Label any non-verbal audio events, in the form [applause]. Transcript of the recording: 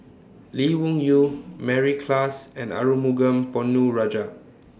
Lee Wung Yew [noise] Mary Klass and Arumugam Ponnu Rajah